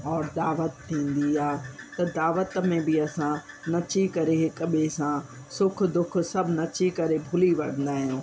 और दावत थींदी आहे त दावत में बि असां नची करे हिक ॿिए सां सुख दुख सभु नची करे भुली वठंदा आहियूं